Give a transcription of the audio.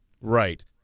Right